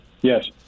Yes